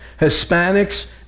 Hispanics